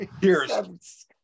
cheers